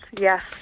yes